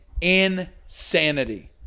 insanity